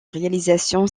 réalisation